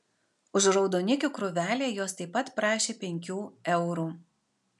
už raudonikių krūvelę jos taip pat prašė penkių eurų